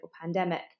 pandemic